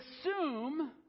assume